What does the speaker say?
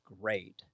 great